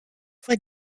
fois